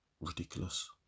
ridiculous